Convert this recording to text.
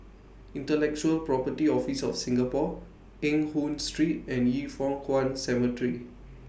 Intellectual Property Office of Singapore Eng Hoon Street and Yin Foh Kuan Cemetery